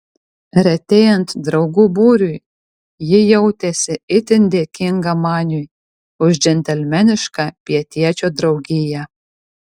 retėjant draugų būriui ji jautėsi itin dėkinga maniui už džentelmenišką pietiečio draugiją